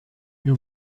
wir